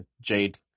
Jade